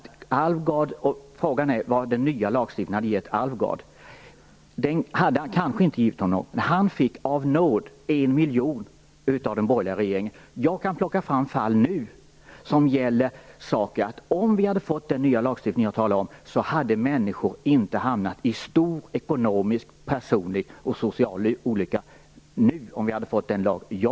Frågan är vad den nya lagstiftningen hade gett Halvar Alvgard. Den hade kanske inte givit honom något. Han fick av nåd 1 miljon kronor av den borgerliga regeringen. Jag kan nu plocka fram fall som visar på att om vi hade fått den nya lagstiftning som jag talar om och som jag vill ha, skulle människor inte ha hamnat i stor ekonomisk, personlig och social olycka.